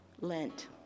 Lent